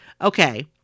Okay